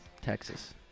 Texas